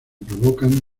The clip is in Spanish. provocan